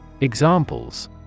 Examples